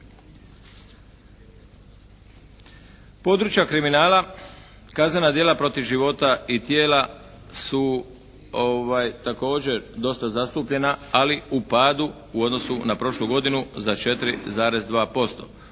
Područja kriminala, kaznena djela protiv života i tijela su također dosta zastupljena, ali u padu u odnosu na prošlu godinu za 4,2%.